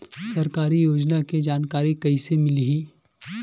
सरकारी योजना के जानकारी कइसे मिलही?